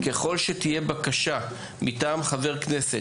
ככל שתהיה בקשה מטעם חבר כנסת,